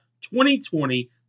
2020